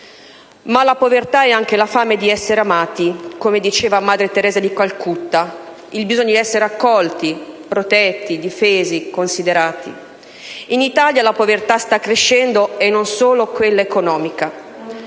Ma la povertà è anche la fame di essere amati (come diceva madre Teresa di Calcutta ), il bisogno di essere accolti, protetti, difesi, considerati. In Italia la povertà sta crescendo, e non solo quella economica.